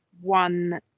one